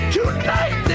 Tonight